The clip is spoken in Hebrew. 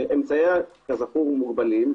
שאמצעיה הם מוגבלים,